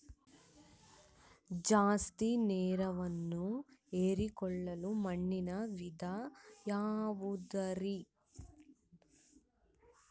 ಜಾಸ್ತಿ ನೇರನ್ನ ಹೇರಿಕೊಳ್ಳೊ ಮಣ್ಣಿನ ವಿಧ ಯಾವುದುರಿ?